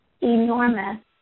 enormous